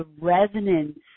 resonance